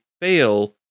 fail